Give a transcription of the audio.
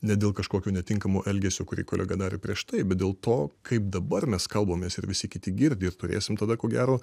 ne dėl kažkokių netinkamo elgesio kurį kolega darė prieš tai bet dėl to kaip dabar mes kalbamės ir visi kiti girdi ir turėsim tada ko gero